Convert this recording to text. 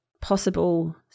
possible